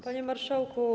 Panie Marszałku!